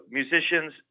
musicians